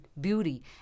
beauty